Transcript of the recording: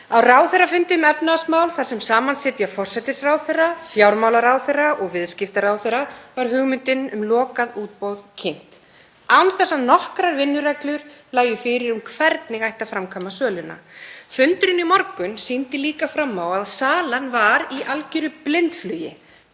Á ráðherrafundi um efnahagsmál þar sem saman sitja forsætisráðherra, fjármálaráðherra og viðskiptaráðherra var hugmyndin um lokað útboð kynnt án þess að nokkrar vinnureglur lægju fyrir um hvernig ætti að framkvæma söluna. Fundurinn í morgun sýndi líka fram á að salan var í algjöru blindflugi.